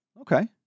Okay